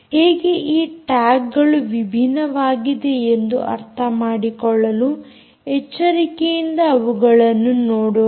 ಹೇಗೆ ಈ ಟ್ಯಾಗ್ಗಳು ವಿಭಿನ್ನವಾಗಿದೆ ಎಂದು ಅರ್ಥಮಾಡಿಕೊಳ್ಳಲು ಎಚ್ಚರಿಕೆಯಿಂದ ಅವುಗಳನ್ನು ನೋಡೋಣ